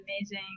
amazing